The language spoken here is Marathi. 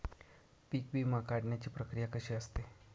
पीक विमा काढण्याची प्रक्रिया कशी असते?